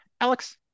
Alex